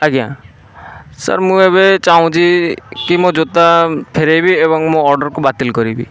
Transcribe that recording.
ଆଜ୍ଞା ସାର୍ ମୁଁ ଏବେ ଚାହୁଁଛି କି ଏବେ ମୋ ଜୋତା ଫେରାଇବି ଏବଂ ମୋ ଅର୍ଡ଼ର୍କୁ ବାତିଲ କରାଇବି